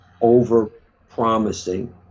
over-promising